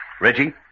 Reggie